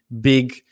big